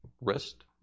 wrist